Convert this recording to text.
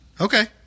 Okay